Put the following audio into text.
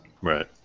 Right